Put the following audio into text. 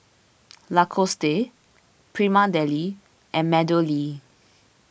Lacoste Prima Deli and MeadowLea